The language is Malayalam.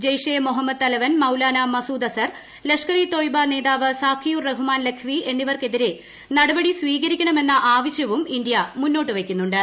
ജെയ്ഷെ മൊഹമ്മദ് തലവൻ മൌലാന മസൂദ് അസർ ലഷ്കർ ഇ തോയ്ബ നേതാവ് സാഖിയൂർ റഹ്മാൻ ലഖ്വി എന്നിവർക്കെതിരെ നടപടി സ്വീകരിക്കണമെന്ന ആവശ്യവും ഇന്ത്യ മുന്നോട്ട് വയ്ക്കുന്നുണ്ട്